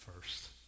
first